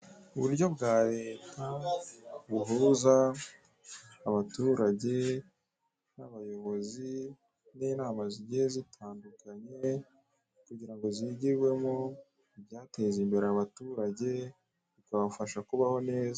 Uburyo bwa leta buhuza abaturage n'abayobozi n'inama zigiye zitandukanye kugira ngo zigirwemo ibyateza imbere abaturage bikabafasha kubaho neza.